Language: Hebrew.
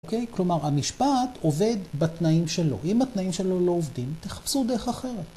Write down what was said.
אוקיי? כלומר, המשפט עובד בתנאים שלו, אם התנאים שלו לא עובדים, תחפשו דרך אחרת.